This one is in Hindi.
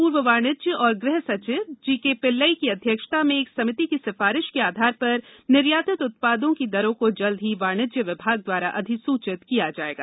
पूर्व वाणिज्य और गृह सचिव जीके पिल्लई की अध्यक्षता में एक समिति की सिफारिश के आधार पर निर्यातित उत्पादों की दरों को जल्द ही वाणिज्य विभाग द्वारा अधिसूचित किया जाएगा